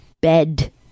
bed